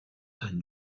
sant